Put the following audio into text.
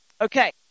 Okay